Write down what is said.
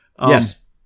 Yes